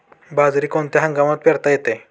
बाजरी कोणत्या हंगामात पेरता येते?